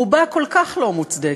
רובה כל כך לא מוצדקת,